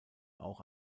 auch